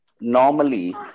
Normally